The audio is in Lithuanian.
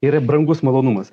yra brangus malonumas